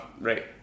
right